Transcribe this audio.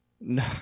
No